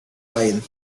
lain